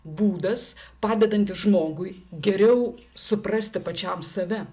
būdas padedantis žmogui geriau suprasti pačiam save